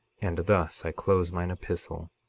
and thus i close mine epistle.